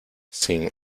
sin